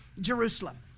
Jerusalem